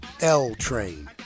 L-Train